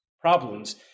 problems